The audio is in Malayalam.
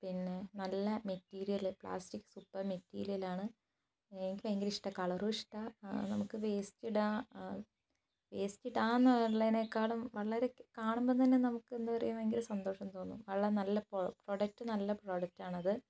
പിന്നെ നല്ല മെറ്റീരിയല് പ്ലാസ്റ്റിക്ക് സൂപ്പർ മെറ്റീരിയലാണ് എനിക്ക് ഭയങ്കര ഇഷ്ടമാണ് കളറും ഇഷ്ടമാണ് നമുക്ക് വേസ്റ്റ് ഇടാൻ വേസ്റ്റ് ഇടാമെന്നുള്ളതിനെക്കാളും വളരെ കാണുമ്പം തന്നെ നമുക്ക് എന്താ പറയുക ഭയങ്കര സന്തോഷം തോന്നും വളരെ നല്ല പ്രൊഡക്ട് നല്ല പ്രൊഡക്ടാണത്